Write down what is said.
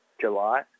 July